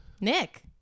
Nick